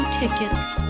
tickets